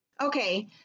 Okay